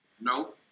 No